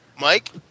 Mike